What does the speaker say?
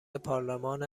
پارلمان